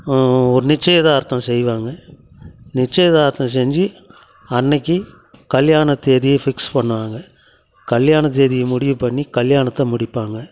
ஒரு நிச்சியதார்த்தம் செய்வாங்கள் நிச்சியதார்த்தம் செஞ்சு அன்றைக்கி கல்யாண தேதியை ஃபிக்ஸ் பண்ணுவாங்கள் கல்யாண தேதியை முடிவு பண்ணி கல்யாணத்தை முடிப்பாங்கள்